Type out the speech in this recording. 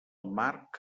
marc